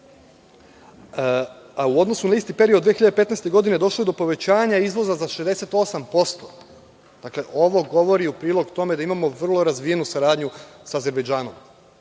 a u odnosu na isti period 2015. godine došlo je do povećanja izvoza od 68%.Ovo govori u prilog tome da imamo vrlo razvijenu saradnju sa Azerbejdžanom